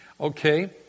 Okay